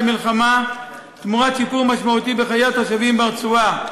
למלחמה תמורת שיפור משמעותי בחיי התושבים ברצועה,